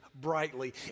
brightly